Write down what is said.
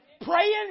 praying